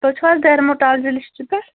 تُہۍچھُو حظ ڈٔرمٹالجِلِسٹ پٮ۪ٹھ